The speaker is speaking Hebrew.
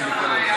למה,